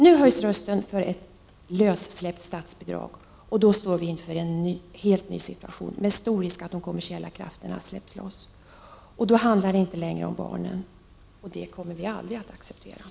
Nu höjs rösten för ett lössläppt statsbidrag, och då står vi inför en helt ny situation med stor risk att de kommersiella krafterna släpps loss. Då handlar det inte längre om barnen, och det kommer vi socialdemokrater aldrig att acceptera.